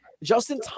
Justin